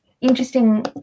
interesting